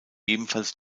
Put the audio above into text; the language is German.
ebenfalls